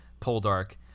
Poldark